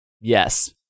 Yes